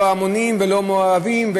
לא העמונים ולא המואבים,